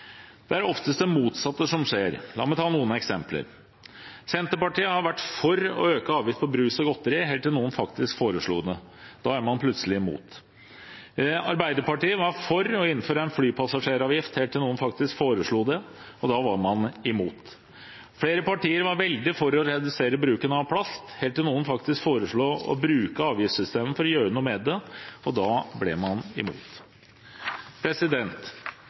Det er oftest det motsatte som skjer. La meg ta noen eksempler: Senterpartiet har vært for å øke avgiftene på brus og godteri, helt til noen faktisk foreslo det. Da er man plutselig imot. Arbeiderpartiet var for å innføre en flypassasjeravgift, helt til noen faktisk foreslo det. Da var man imot. Flere partier var veldig for å redusere bruken av plast, helt til noen foreslo å bruke avgiftssystemet for å gjøre noe med det. Da ble man imot.